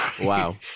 Wow